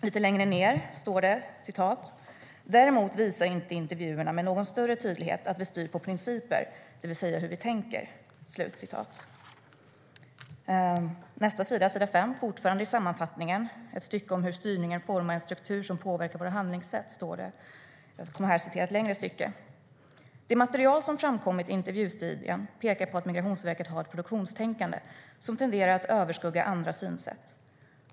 Lite längre ned står det: Däremot visar inte intervjuerna med någon större tydlighet att vi styr på principer, det vill säga hur vi tänker. På nästa sida, s. 5 i sammanfattningen, finns ett stycke om hur styrningen formar en struktur som påverkar våra handlingssätt. Där står: Det material som framkommit i intervjustudien pekar på att Migrationsverket har ett produktionstänkande, som tenderar att överskugga andra synsätt.